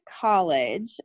college